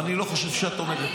אתה לא, חברים שלך.